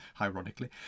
ironically